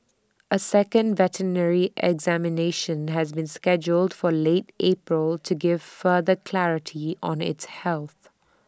A second veterinary examination has been scheduled for late April to give further clarity on its health